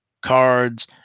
cards